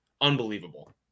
unbelievable